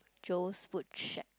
Joe's food shack